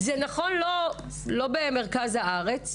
זה נכון לא במרכז הארץ,